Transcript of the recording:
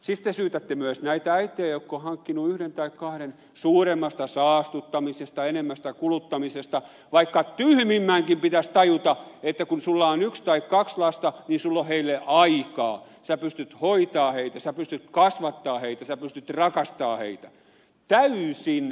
siis te syytätte myös näitä äitejä jotka ovat hankkineet yhden lapsen tai kaksi lasta suuremmasta saastuttamisesta enemmästä kuluttamisesta vaikka tyhmimmänkin pitäisi tajuta että kun sinulla on yksi tai kaksi lasta niin sinulla on heille aikaa sinä pystyt hoitamaan heitä sinä pystyt kasvattamaan heitä sinä pystyt rakastamaan heitä